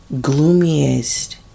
gloomiest